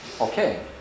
Okay